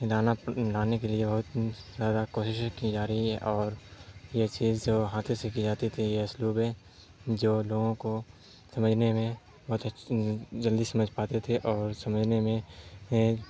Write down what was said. لانا لانے کے لیے بہت زیادہ کوششیں کی جا رہی ہے اور یہ چیز جو ہاتھوں سے کی جاتی تھی یہ اسلوبیں جو لوگوں کو سمجھنے میں بہت جلدی سمجھ پاتے تھے اور سمجھنے میں